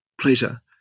pleasure